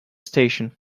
station